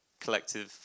collective